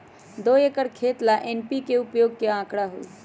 दो एकर खेत ला एन.पी.के उपयोग के का आंकड़ा होई?